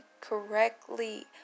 correctly